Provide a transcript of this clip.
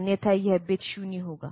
अन्यथा यह बिट 0 होगा